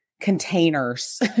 containers